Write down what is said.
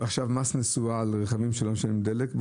ומס נסועה על רכבים שלא משלמים דלק.